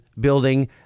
building